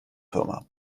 firma